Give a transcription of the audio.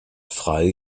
frei